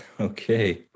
Okay